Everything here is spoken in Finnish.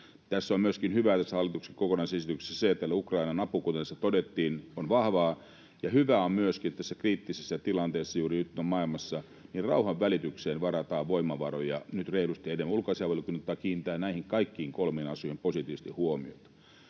Tässä hallituksen kokonaisesityksessä on myöskin hyvää se, että Ukrainan apu, kuten se todettiin, on vahvaa, ja hyvää on myöskin, että tässä kriittisessä tilanteessa, joka juuri nyt on maailmassa, rauhanvälitykseen varataan voimavaroja nyt reilusti. Ulkoasiainvaliokunta kiinnittää näihin kaikkiin kolmeen osioon positiivisesti huomiota.